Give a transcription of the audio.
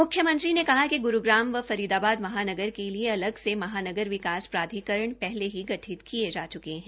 म्ख्यमंत्री ने कहा कि ग्रुग्राम व फरीदाबाद महानगर के लिए अलग से महानगर विकास प्राधिकरण पहले ही गठित किए जा चुके हैं